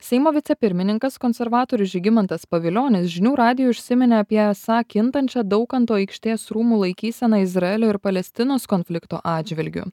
seimo vicepirmininkas konservatorius žygimantas pavilionis žinių radijui užsiminė apie esą kintančią daukanto aikštės rūmų laikyseną izraelio ir palestinos konflikto atžvilgiu